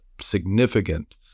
significant